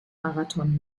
marathon